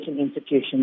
institutions